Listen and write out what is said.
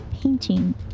painting